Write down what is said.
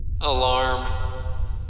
Alarm